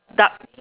dark